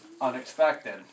unexpected